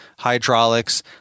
hydraulics